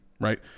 right